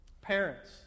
parents